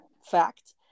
Fact